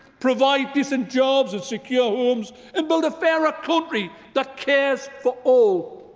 provide decent jobs and secure homes and but fairer country that cares for all.